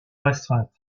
restreinte